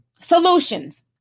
solutions